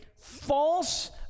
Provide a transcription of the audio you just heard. false